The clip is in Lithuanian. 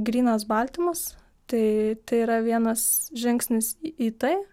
grynas baltymas tai tai yra vienas žingsnis į tai